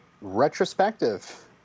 Retrospective